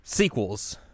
Sequels